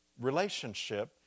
relationship